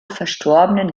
verstorbenen